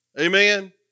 Amen